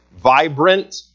vibrant